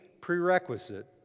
prerequisite